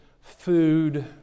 food